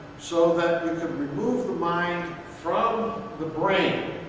so that we can remove the mind from the brain.